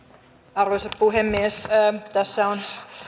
arvoisa puhemies tässä on